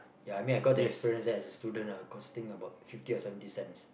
ya I mean got that experience there as a student lah costing about fifty or seventy cents